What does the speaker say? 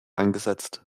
eingesetzt